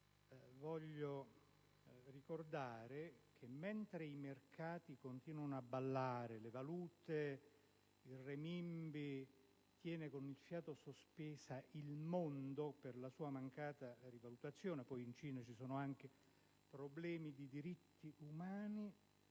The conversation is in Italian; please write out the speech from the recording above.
voglio ricordare che mentre i mercati continuano a ballare, il renminbi tiene col fiato sospeso il mondo per la sua mancata rivalutazione (per non dire poi che in Cina ci sono anche problemi di diritti umani),